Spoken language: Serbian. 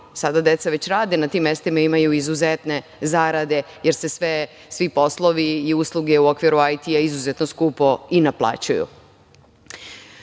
sada deca već rade na tim mestima, imaju izuzetne zarade, jer se svi poslovi i usluge u okviru IT izuzetno skupo i